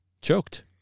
Choked